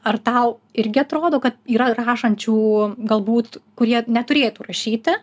ar tau irgi atrodo kad yra rašančių galbūt kurie neturėtų rašyti